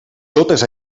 totes